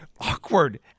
awkward